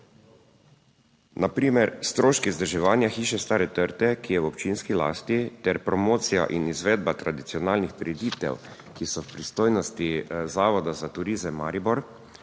Na primer stroški vzdrževanja hiše Stare trte, ki je v občinski lasti, ter promocija in izvedba tradicionalnih prireditev, ki so v pristojnosti Zavoda za turizem Maribor,